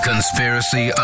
Conspiracy